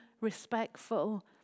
respectful